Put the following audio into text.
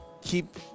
keep